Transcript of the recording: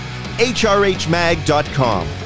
HRHMag.com